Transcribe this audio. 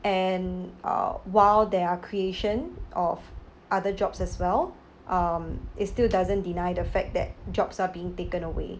and uh while there are creation of other jobs as well um it's still doesn't deny the fact that jobs are being taken away